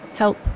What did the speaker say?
Help